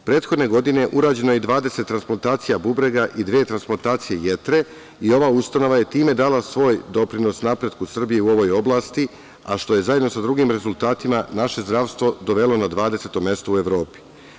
Prethodne godine urađeno je 20 transplantacija bubrega i dve transplantacije jetre i ova ustanova je time dala svoj doprinos napretku Srbije u ovoj oblasti, a što je zajedno sa drugim rezultatima naše zdravstvo dovelo na 20. mesto u Evropi.